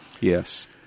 Yes